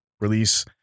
Release